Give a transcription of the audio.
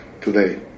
today